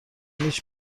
هیچ